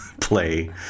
play